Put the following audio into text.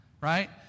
right